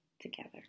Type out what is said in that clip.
together